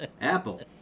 Apple